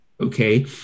okay